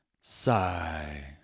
Sigh